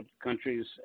countries